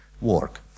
work